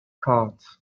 cards